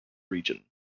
region